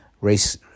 race